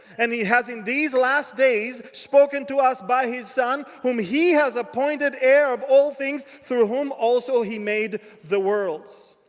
and he has in these last days spoken to us by his son, whom he has appointed heir of all things. through whom also he made the worlds.